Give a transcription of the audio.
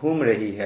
घूम रही है